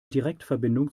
direktverbindung